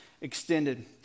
extended